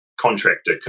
contractor